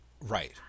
Right